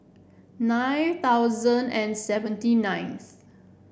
nine thousand and seventy ninth